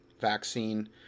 Vaccine